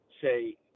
say